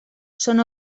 són